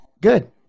Good